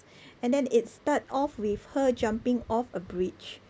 and then it start off with her jumping off a bridge